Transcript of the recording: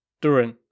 Durin